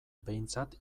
behintzat